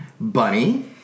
bunny